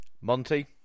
Monty